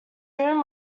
room